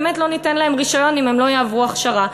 באמת לא ניתן להם רישיון אם הם לא יעברו הכשרה.